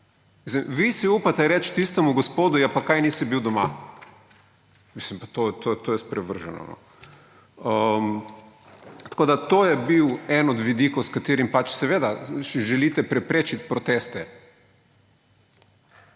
Vi si upate reči tistemu gospodu – ja, pa kaj nisi bil doma. To je sprevrženo. To je bil eden od vidikov, s katerim pač seveda še želite preprečiti proteste.